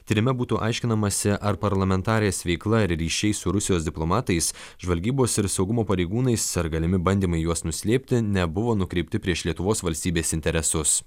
tyrime būtų aiškinamasi ar parlamentarės veikla ir ryšiai su rusijos diplomatais žvalgybos ir saugumo pareigūnais ar galimi bandymai juos nuslėpti nebuvo nukreipti prieš lietuvos valstybės interesus